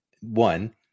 one